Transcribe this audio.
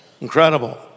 Incredible